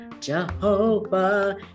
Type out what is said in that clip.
Jehovah